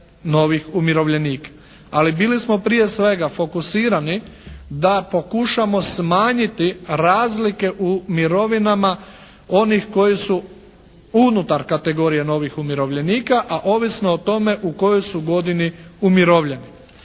Ali bili smo prije svega fokusirani da pokušamo smanjiti razlike u mirovinama onih koji su unutar kategorije novih umirovljenika, a ovisno o tome u kojoj su godini umirovljeni.